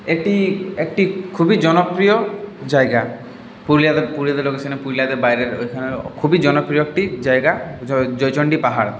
এটি একটি খুবই জনপ্রিয় জায়গা পুরুলিয়াতে বাইরের ওইখানেরও খুবই জনপ্রিয় একটি জায়গা জয়চণ্ডী পাহাড়